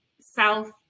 South